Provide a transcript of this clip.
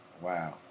Wow